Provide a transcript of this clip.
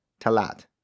Talat